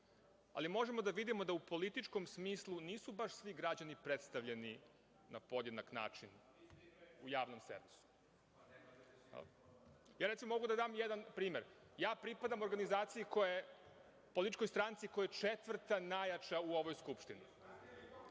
ali možemo da vidimo da u političkom smislu nisu baš svi građani predstavljeni na podjednak način na javnom servisu. Recimo, mogu da dam jedan primer. Pripadam političkoj stranci koja je četvrta najjača u ovoj Skupštini.